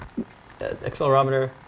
accelerometer